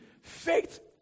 faith